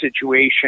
situation